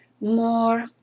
more